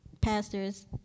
pastors